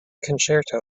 concerto